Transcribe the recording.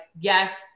yes